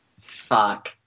Fuck